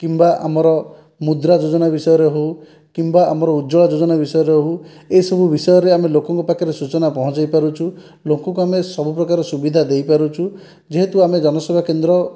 କିମ୍ବା ଆମର ମୁଦ୍ରା ଯୋଜନା ବିଷୟରେ ହେଉ କିମ୍ବା ଆମର ଉଜ୍ୱଳା ଯୋଜନା ବିଷୟରେ ହେଉ ଏହି ସବୁ ବିଷୟରେ ଆମେ ଲୋକଙ୍କ ପାଖରେ ସୂଚନା ପହଞ୍ଚେଇ ପାରୁଛୁ ଲୋକମାନଙ୍କୁ ସବୁ ପ୍ରକାର ସୁବିଧା ଦେଇ ପାରୁଛୁ ଯେହେତୁ ଆମେ ଜନସେବା କେନ୍ଦ୍ର